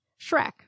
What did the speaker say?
Shrek